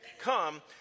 Come